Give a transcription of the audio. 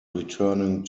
returning